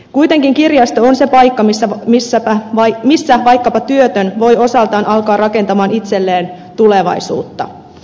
kuitenkin kirjasto on se paikka missä vaikkapa työtön voi osaltaan alkaa rakentaa itselleen tulevaisuutta